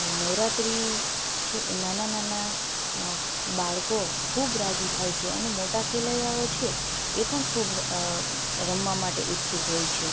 નવરાત્રી છે એ નાના નાના ખૂબ રાજી થાય છે અને મોટા ખેલૈયાઓ છે એ પણ ખૂબ રમવા માટે ઉત્સુક હોય છે